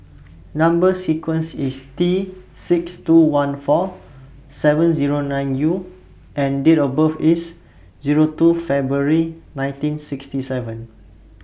Number sequence IS T six two one four seven Zero nine U and Date of birth IS Zero two February nineteen sixty seven